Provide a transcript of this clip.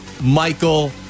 Michael